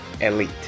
elite